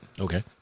Okay